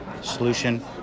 Solution